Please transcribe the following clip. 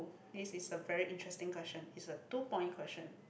oh this is a very interesting question it's a two point question